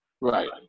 Right